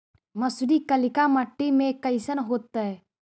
मसुरी कलिका मट्टी में कईसन होतै?